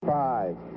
Five